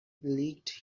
liegt